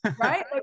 right